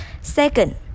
Second